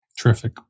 Terrific